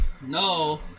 no